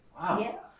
Wow